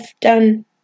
done